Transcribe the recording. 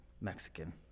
Mexican